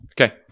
Okay